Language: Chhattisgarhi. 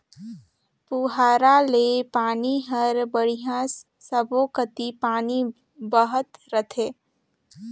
पुहारा ले पानी हर बड़िया सब्बो कति पानी बहत रथे